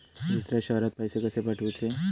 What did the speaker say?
दुसऱ्या शहरात पैसे कसे पाठवूचे?